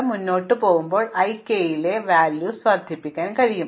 അതിനാൽ നിങ്ങൾ മുന്നോട്ട് പോകുമ്പോൾ ഞങ്ങൾക്ക് i k യിലെ മൂല്യം വർദ്ധിപ്പിക്കാൻ കഴിയും